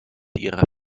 ihrer